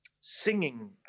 Singing